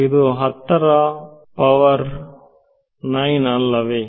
ಇದು ಹತ್ತರ ಘಾತ 9 ಅಲ್ಲವೇ